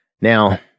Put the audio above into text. Now